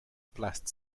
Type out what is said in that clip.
blessed